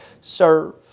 serve